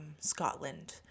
scotland